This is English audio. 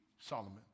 Solomon